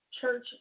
Church